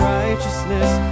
righteousness